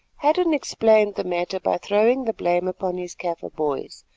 hadden explained the matter by throwing the blame upon his kaffir boys,